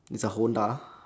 it's a honda